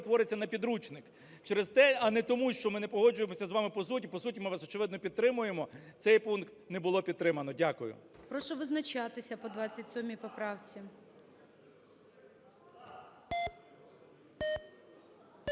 перетвориться на підручник, а не тому що ми не погоджуємося з вами по суті. По суті, ми вас, очевидно, підтримуємо, цей пункт не було підтримано. Дякую. ГОЛОВУЮЧИЙ. Прошу визначатися по 27 поправці.